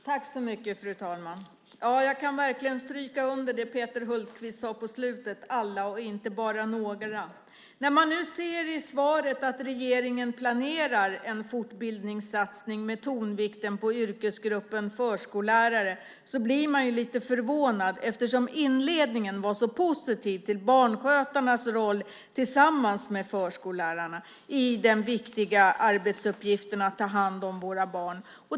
Fru talman! Jag kan verkligen stryka under det som Peter Hultqvist sade på slutet: alla, inte bara några. När man nu ser i svaret att regeringen planerar en fortbildningssatsning med tonvikt på yrkesgruppen förskollärare blir man lite förvånad, eftersom inledningen var så positiv till barnskötarnas roll tillsammans med förskollärarna i den viktiga arbetsuppgiften att ta hand om våra barn.